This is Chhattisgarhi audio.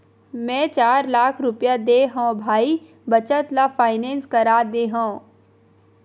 मै चार लाख रुपया देय हव भाई बचत ल फायनेंस करा दे हँव